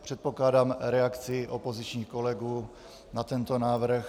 Předpokládám reakci opozičních kolegů na tento návrh.